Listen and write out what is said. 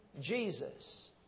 Jesus